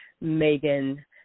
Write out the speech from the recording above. Megan